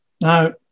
Now